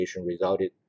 resulted